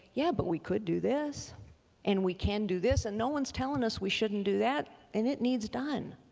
yeah, but we could do this and we can do this and no one's telling us we shouldn't do that and it needs done.